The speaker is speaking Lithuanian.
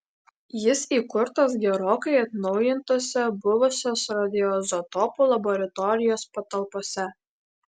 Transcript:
jis įkurtas gerokai atnaujintose buvusios radioizotopų laboratorijos patalpose